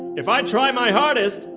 if i try my hardest,